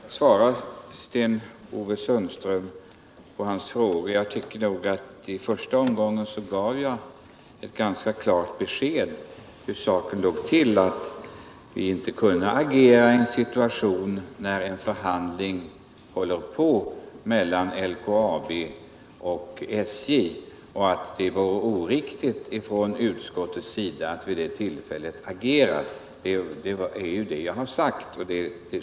Herr talman! Det är klart att jag skall svara Sten-Ove Sundström på hans frågor, även om jag tycker att jag i första omgången gav ett ganska klart besked om hur saken låg till, nämligen att det vore oriktigt av utskottet att agera ien situation då det pågår förhandlingar mellan LKAB och SJ.